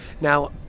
Now